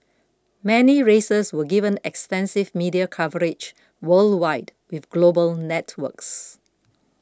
many races were given extensive media coverage worldwide with global networks